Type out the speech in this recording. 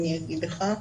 ואני אגיד לך.